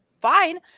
fine